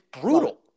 brutal